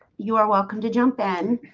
you are welcome to jump in